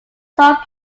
sold